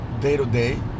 day-to-day